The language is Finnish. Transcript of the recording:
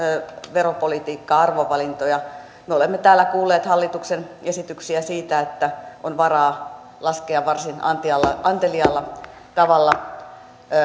veropolitiikkaa arvovalintoja me olemme täällä kuulleet hallituksen esityksiä siitä että on varaa laskea varsin anteliaalla anteliaalla tavalla